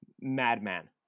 madman